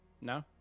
No